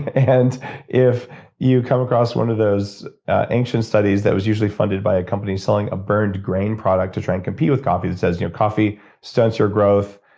and if you come across one of those ancient studies that was usually funded by a company selling a burned grain product to try and compete with coffee that says you know coffee stunts your growth,